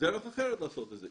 דרך אחרת לעשות את זה.